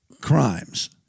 crimes